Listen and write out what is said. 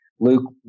Luke